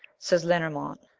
says lenormant,